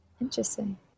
Interesting